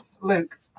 Luke